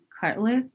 cartilage